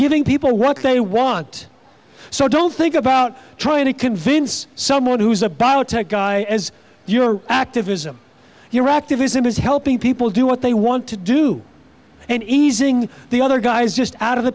giving people what they want so don't think about trying to convince someone who's a biotech guy as your activism your activism is helping people do what they want to do and easing the other guys just out of the